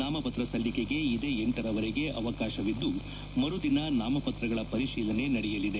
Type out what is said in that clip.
ನಾಮಪತ್ರ ಸಲ್ಲಿಕೆಗೆ ಇದೇ ಲರವರೆಗೆ ಅವಕಾಶವಿದ್ದು ಮರುದಿನ ನಾಮಪತ್ರಗಳ ಪರಿಶೀಲನೆ ನಡೆಯಲಿದೆ